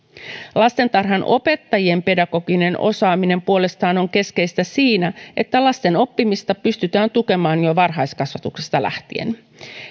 lastentarhanopettajien pedagoginen osaaminen puolestaan on keskeistä siinä että lasten oppimista pystytään tukemaan jo varhaiskasvatuksesta lähtien